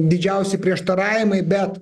didžiausi prieštaravimai bet